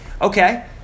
Okay